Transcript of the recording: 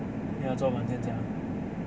你要做么你先讲